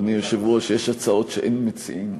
אדוני היושב-ראש, יש הצעות שאין מציעים.